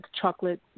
chocolate